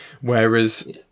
Whereas